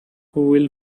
will